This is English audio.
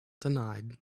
denied